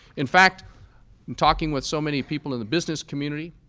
in fact, in talking with so many people in the business community,